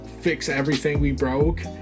fix-everything-we-broke